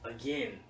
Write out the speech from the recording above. again